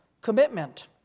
commitment